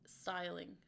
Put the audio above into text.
styling